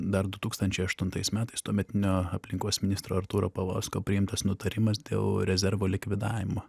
dar du tūkstančiai aštuntais metais tuometinio aplinkos ministro artūro paulausko priimtas nutarimas dėl rezervo likvidavimo